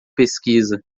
pesquisa